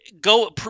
Go